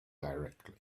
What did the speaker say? directly